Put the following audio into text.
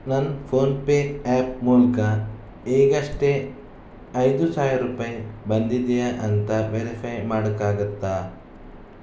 ನನ್ನ PhonePe app ಮೂಲಕ ಈಗಷ್ಟೇ ಐದು ಸಾವಿರ ರೂಪಾಯಿ ಬಂದಿದೆಯಾ ಅಂತ ವೆರಿಫೈ ಮಾಡೋಕ್ಕಾಗುತ್ತಾ